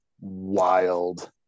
wild